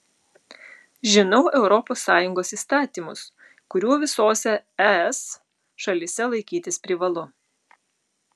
žinau europos sąjungos įstatymus kurių visose es šalyse laikytis privalu